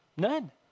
None